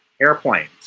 airplanes